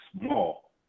small